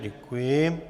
Děkuji.